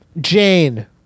jane